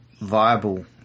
viable